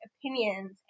opinions